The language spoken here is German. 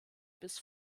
bis